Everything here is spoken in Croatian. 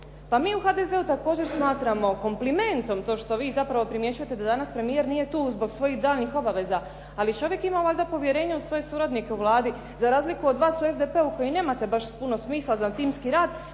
Pa mi u HDZ-u također smatrao komplimentom to što vi zapravo primjećujete da danas nije tu zbog svojih daljnjih obaveza, ali čovjek ima valjda povjerenje u svoje suradnike u Vladi za razliku od vas u SDP-u koji nemate baš puno smisla za timski rad